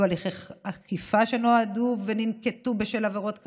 הליכי אכיפה שננקטו בשל עבירות כאמור,